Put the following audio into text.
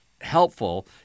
helpful